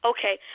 Okay